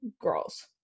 girls